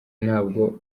ntabwo